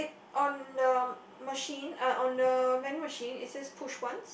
on the machine uh on the vending machine it says push once